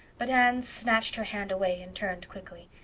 but anne snatched her hand away and turned quickly.